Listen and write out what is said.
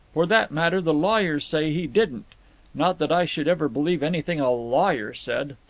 for that matter the lawyers say he didn't not that i should ever believe anything a lawyer said.